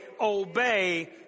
obey